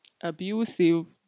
abusive